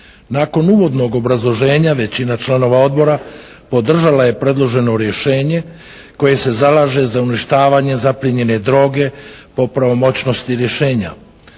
Nakon uvodnog obrazloženja većina članova Odbora podržala je predloženo rješenje koje se zalaže za uništavanje zaplijenjene droge po pravomoćnosti rješenja.